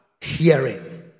hearing